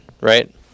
right